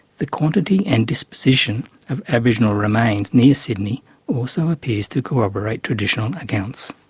the quantity and disposition of aboriginal remains near sydney also appears to corroborate traditional accounts.